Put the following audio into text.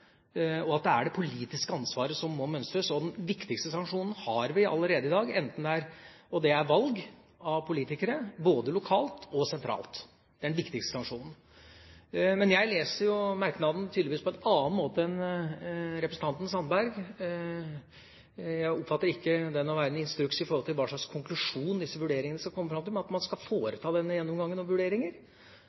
Det er det politiske ansvaret som må mønstres, og den viktigste sanksjonen har vi allerede i dag, og det er valg av politikere både lokalt og sentralt. Det er den viktigste sanksjonen. Men jeg leser tydeligvis merknaden på en annen måte enn representanten Sandberg. Jeg oppfatter ikke at den er en instruks om hva slags konklusjon en skal komme fram til med disse vurderingene, men at man skal foreta denne gjennomgangen og